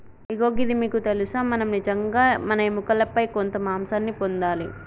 ఇగో గిది మీకు తెలుసా మనం నిజంగా మన ఎముకలపై కొంత మాంసాన్ని పొందాలి